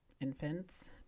infants